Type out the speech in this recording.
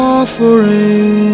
offering